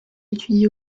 étudie